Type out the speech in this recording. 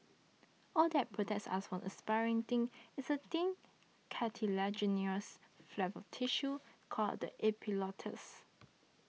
all that protects us from aspirating is a thin cartilaginous flap of tissue called the epiglottis